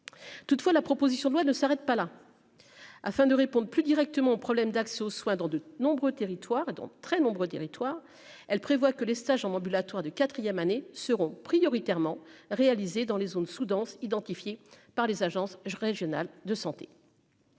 toutefois la proposition de loi ne s'arrête pas là, afin de répondre plus directement aux problèmes d'accès aux soins dans de nombreux territoires dont de très nombreux territoires, elle prévoit que les stages en ambulatoire de quatrième année seront prioritairement réalisées dans les zones sous-denses, identifié par les agences je régionales de santé.